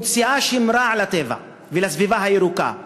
מוציאה שם רע לטבע ולסביבה הירוקה,